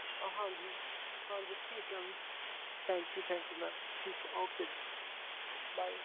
ਹਾਂਜੀ ਹਾਂਜੀ ਠੀਕ ਹੈ thank you thank you ma'am ਠੀਕ ਆ ਓਕੇ ਜੀ ਬਾਏ